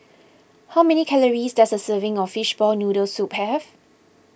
how many calories does a serving of Fishball Noodle Soup have